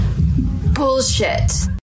bullshit